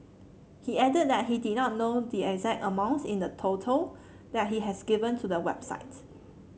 he added that he did not know the exact amounts in the total that he has given to the website